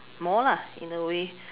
more lah in a way